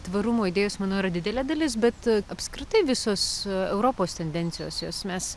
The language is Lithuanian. tvarumo idėjos manau yra didelė dalis bet apskritai visos europos tendencijos jos mes